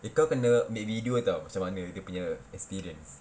eh kau kena ambil video [tau] macam mana dia punya experience